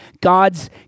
God's